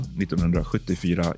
1974